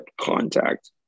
contact